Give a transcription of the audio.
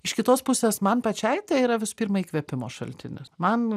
iš kitos pusės man pačiai tai yra visų pirma įkvėpimo šaltinis man